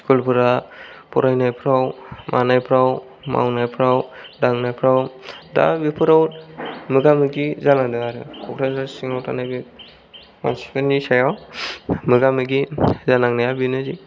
school फोरा फरायनायफ्राव मानायफ्राव मावनायफ्राव दांनायफ्राव दा बेफोराव मोगा मोगि जानांदों आरो क'क्राझार सिङाव थानाय बे मानसिफोरनि सायाव मोगा मोगि जानांनाया बेनो दि